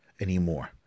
anymore